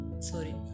Sorry